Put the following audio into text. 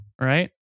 Right